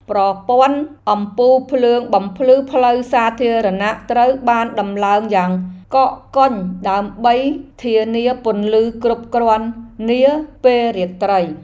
ប្រព័ន្ធអំពូលភ្លើងបំភ្លឺផ្លូវសាធារណៈត្រូវបានដំឡើងយ៉ាងកកកុញដើម្បីធានាពន្លឺគ្រប់គ្រាន់នាពេលរាត្រី។